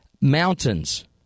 Mountains